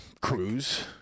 Cruz